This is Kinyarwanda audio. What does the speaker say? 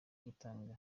gutanga